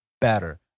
better